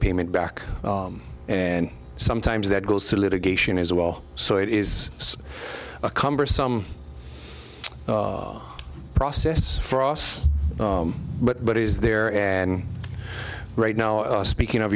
payment back and sometimes that goes to litigation as well so it is a cumbersome process for us but it is there and right now speaking of